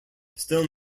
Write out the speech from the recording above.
still